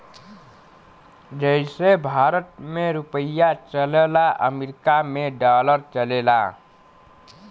जइसे भारत मे रुपिया चलला अमरीका मे डॉलर चलेला